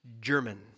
German